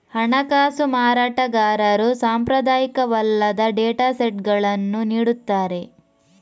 ಹಣಕಾಸು ಮಾರಾಟಗಾರರು ಸಾಂಪ್ರದಾಯಿಕವಲ್ಲದ ಡೇಟಾ ಸೆಟ್ಗಳನ್ನು ನೀಡುತ್ತಾರೆ